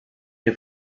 que